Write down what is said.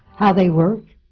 how they work,